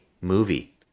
movie